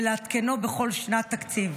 ולעדכנו בכל שנת תקציב.